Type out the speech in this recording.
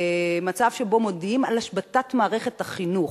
מצב שבו מודיעים על השבתת מערכת החינוך.